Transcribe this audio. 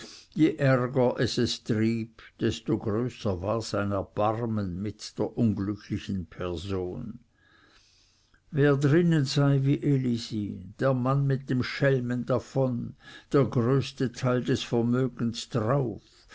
je ärger es es trieb desto größer war sein erbarmen mit der unglücklichen person wer drinnen sei wie elisi der mann mit dem schelmen davon der größte teil des vermögens drauf